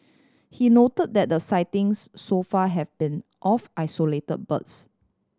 he noted that the sightings so far have been of isolated birds